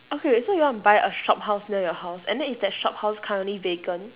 okay so you want to buy a shophouse near your house and then is that shophouse currently vacant